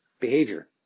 behavior